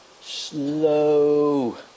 Slow